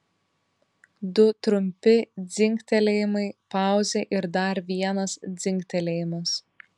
du trumpi dzingtelėjimai pauzė ir dar vienas dzingtelėjimas